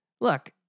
look